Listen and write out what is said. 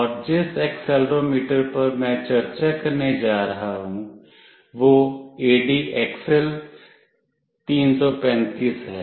और जिस एक्सेलेरोमीटर पर मैं चर्चा करने जा रहा हूं वह ADXL 335 है